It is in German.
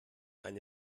eine